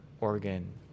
organ